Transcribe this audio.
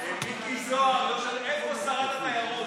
יואב סגלוביץ',